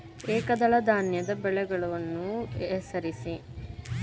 ಏಕದಳ ಧಾನ್ಯದ ಬೆಳೆಗಳನ್ನು ಹೆಸರಿಸಿ?